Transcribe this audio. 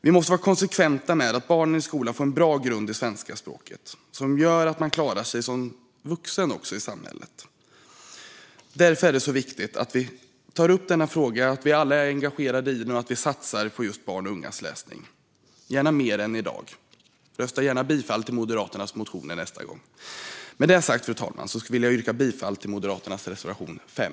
Vi måste vara konsekventa med att barnen i skolan får en bra grund i det svenska språket som gör att de klarar sig i samhället i vuxen ålder. Därför är det viktigt att vi tar upp denna fråga, att vi alla är engagerade i den och att vi satsar på just barns och ungas läsning - gärna mer än i dag. Rösta gärna bifall till Moderaternas motioner nästa gång! Fru talman! Med detta sagt vill jag yrka bifall till Moderaternas reservation 5.